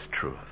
truth